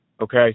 Okay